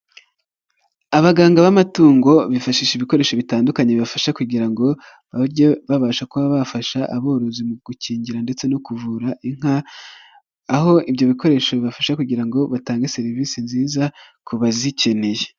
Abaganga b'amatungo bifashisha ibikoresho bitandukanye bibafasha kugira ngo bajye babasha kuba bafasha aborozi mu gukingira ndetse no kuvura inka, aho ibyo bikoresho bibafasha kugira ngo batange serivisi nziza ku bazikeneye.